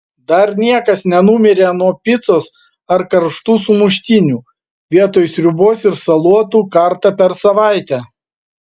dar niekas nenumirė nuo picos ar karštų sumuštinių vietoj sriubos ir salotų kartą per savaitę